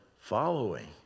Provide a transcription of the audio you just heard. following